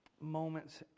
moments